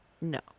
No